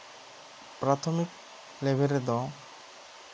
ᱯᱨᱟᱛᱷᱚᱢᱤᱠ ᱞᱮᱵᱮᱞ ᱨᱮᱫᱚ